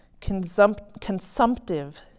consumptive